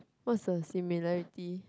what's the similarity